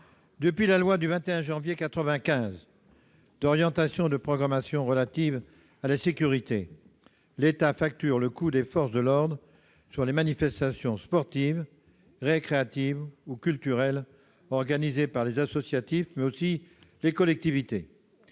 Depuis la loi du 21 janvier 1995 d'orientation et de programmation relative à la sécurité, l'État facture le coût d'intervention des forces de l'ordre sur les manifestations sportives, récréatives ou culturelles organisées par les associatifs, mais aussi par les collectivités.